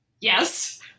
Yes